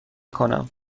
کنم